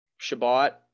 Shabbat